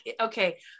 Okay